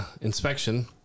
inspection